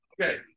Okay